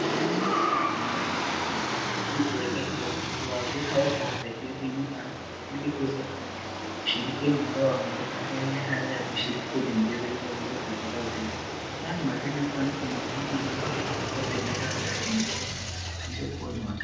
Hawa wameweza kuenda katika sehemu hiyo ili kuweza kuwapa ama kuwasaidia timu hiyo ili kuweza kushiriki ambao wako katika ile hali ya kushiriki kwenye mchezo ili waweze kupata ushindi. Hawa ni Wakenya kwani kuna wengine wameweza kuibeba bendera na imeweza kuonyesha kuwa ni Wa.